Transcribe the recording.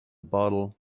bottle